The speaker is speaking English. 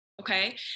Okay